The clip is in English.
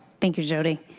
thank you, jodi.